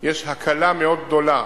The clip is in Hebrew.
יש הקלה מאוד גדולה.